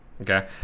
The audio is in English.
okay